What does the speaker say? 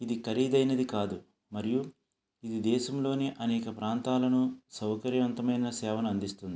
ఇది ఖరీదైనది కాదు మరియు ఇది దేశంలోనే అనేక ప్రాంతాలను సౌకర్యవంతమైన సేవను అందిస్తుంది